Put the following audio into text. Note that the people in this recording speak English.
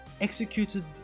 executed